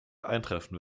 eintreffen